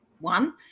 one